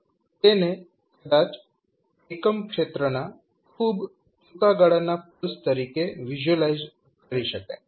તેને કદાચ એકમ ક્ષેત્રના ખૂબ ટૂંકા ગાળાના પલ્સ તરીકે વિઝ્યુલાઇઝ્ કરી શકાય છે